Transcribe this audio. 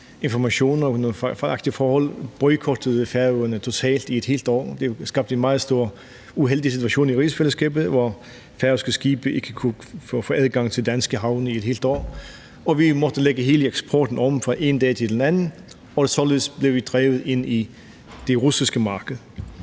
fejlagtige forhold, boykottede Færøerne totalt i et helt år, og det skabte en meget uheldig situation i rigsfællesskabet, hvor færøske skibe ikke kunne få adgang til danske havne i et helt år, og vi måtte lægge hele eksporten om fra den ene dag til den anden, og således blev vi drevet ind på det russiske marked.